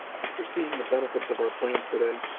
after seeing the benefits of our plans today,